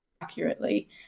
accurately